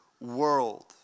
world